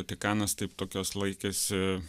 vatikanas taip tokios laikėsi